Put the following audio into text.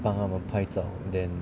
帮他们拍照 then